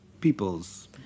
people's